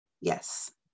Yes